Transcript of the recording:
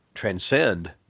transcend